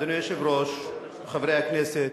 אדוני היושב-ראש, חברי הכנסת,